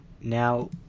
Now